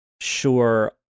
sure